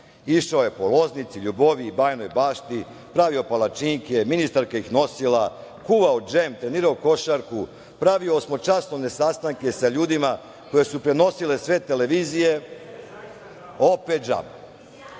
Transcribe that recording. Išao je po Loznici, Ljuboviji, Bajnoj Bašti, pravio palačinke, ministarka ih nosila, kuvao džem, trenirao košarku, pravio osmočasovne sastanke sa ljudima, koje su prenosile sve televizije, opet